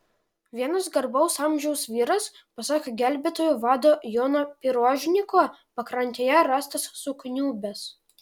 vienas garbaus amžiaus vyras pasak gelbėtojų vado jono pirožniko pakrantėje rastas sukniubęs